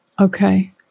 okay